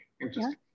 Interesting